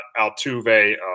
Altuve